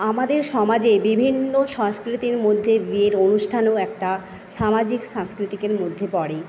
আমাদের সমাজে বিভিন্ন সংস্কৃতির মধ্যে বিয়ের অনুষ্ঠানও একটা সামাজিক সাংস্কৃতিকের মধ্যে পড়ে